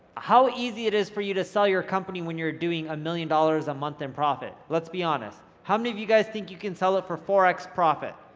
how easy it is for you to sell your company when you're doing a million dollars a month in profit, let's be honest how many of you think you can sell it for four x profit?